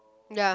ya